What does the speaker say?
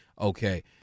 okay